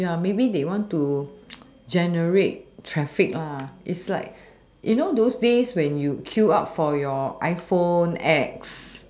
ya maybe they want to generate traffic ah it's like you know those days where they want to queue up for your iphone apps